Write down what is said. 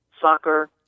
soccer